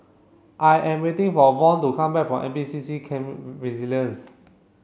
I am waiting for Von to come back from N P C C Camp Resilience